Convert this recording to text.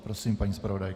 Prosím, paní zpravodajko.